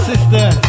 Sister